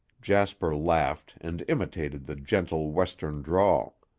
jasper laughed and imitated the gentle western drawl.